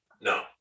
No